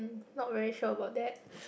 not very sure about that